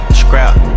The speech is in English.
scrap